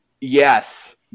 Yes